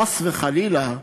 חס וחלילה,